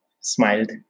smiled